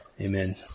Amen